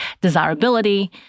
desirability